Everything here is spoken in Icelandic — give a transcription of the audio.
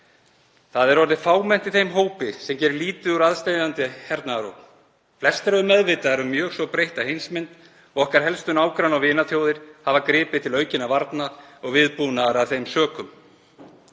Það er orðið fámennt í þeim hópi sem gerir lítið úr aðsteðjandi hernaðarógn. Flestir eru meðvitaðir um mjög svo breytta heimsmynd. Helstu nágranna- og vinaþjóðir okkar hafa gripið til aukinna varna og viðbúnaðar af þeim sökum.